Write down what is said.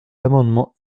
l’amendement